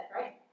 right